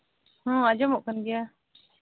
ᱦᱚᱸ ᱟᱡᱚᱢᱚᱜ ᱠᱟᱱ ᱜᱮᱭᱟ